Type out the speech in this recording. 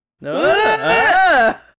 No